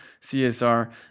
CSR